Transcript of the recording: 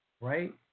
right